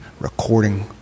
recording